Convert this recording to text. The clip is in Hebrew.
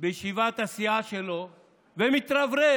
בישיבת הסיעה שלו ומתרברב